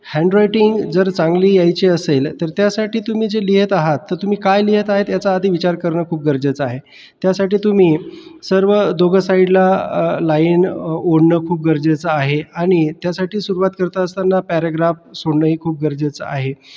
handwriting जर चांगली यायची असेल तर त्यासाठी तुम्ही जे लिहित आहात तर तुम्ही काय लिहित आहेत याचा आधी विचार करणं खूप गरजेचं आहे त्यासाठी तुम्ही सर्व दोघं साइडला लाइन ओढणं खूप गरजेचं आहे आणि त्यासाठी सुरवात करता असताना पॅारेग्राफ सोडणं हे खूप गरजेचं आहे